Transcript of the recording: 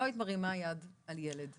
לא היית מרימה יד על ילד.